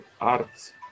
arts